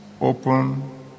Open